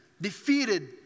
defeated